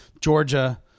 Georgia